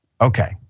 okay